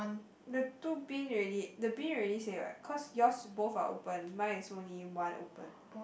the two bin already the bin already say what cause yours both are open mine is only one open